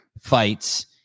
fights